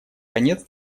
конец